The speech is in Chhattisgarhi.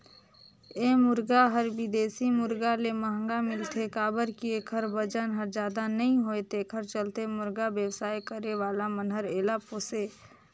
ए मुरगा हर बिदेशी मुरगा ले महंगा मिलथे काबर कि एखर बजन हर जादा नई होये तेखर चलते मुरगा बेवसाय करे वाला मन हर एला पोसे